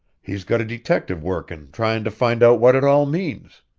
he's got a detective workin' tryin' to find out what it all means.